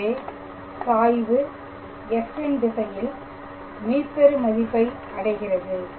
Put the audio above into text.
எனவே சாய்வு f ன் திசையில் மீப்பெரு மதிப்பை அடைகிறது